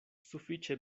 sufiĉe